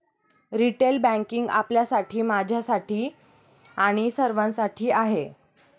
retail banking आपल्यासाठी, माझ्यासाठी आणि सर्वांसाठी आहे